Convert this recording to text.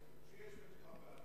גם במועצה אזורית שיש בתוכה פערים.